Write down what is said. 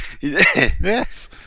yes